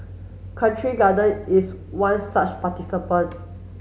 Country Garden is one such participant